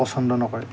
পচন্দ নকৰে